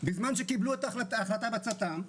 בזמן שקיבלו החלטה בצט"ם,